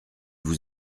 vous